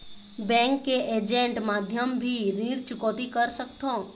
Bank के agent माध्यम भी ऋण चुकौती कर सकथों?